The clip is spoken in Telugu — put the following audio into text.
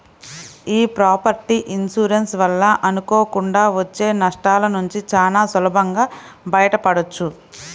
యీ ప్రాపర్టీ ఇన్సూరెన్స్ వలన అనుకోకుండా వచ్చే నష్టాలనుంచి చానా సులభంగా బయటపడొచ్చు